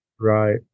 Right